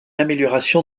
amélioration